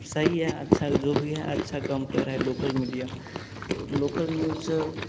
सही है अच्छा वह जो भी है अच्छा काम कर रही है लोकल मीडिया लोकल न्यूसा